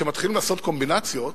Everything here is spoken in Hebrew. כשמתחילים לעשות קומבינציות,